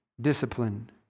discipline